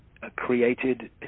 created